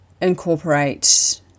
incorporate